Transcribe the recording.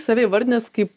save įvardinęs kaip